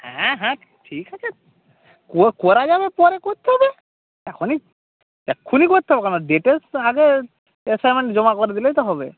হ্যাঁ হ্যাঁ ঠিক আছে কো করা যাবে পরে করতে হবে এখনই এক্ষুণি করতে হবে কেন ডেটের আগে অ্যাসাইনমেন্ট জমা করে দিলেই তো হবে